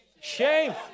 Shame